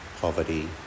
poverty